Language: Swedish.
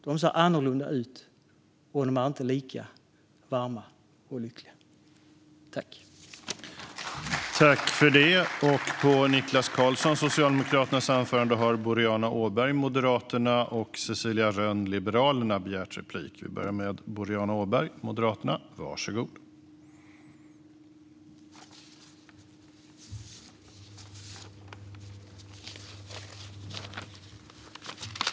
De ser annorlunda ut och är inte lika varma och lyckliga.